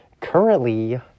Currently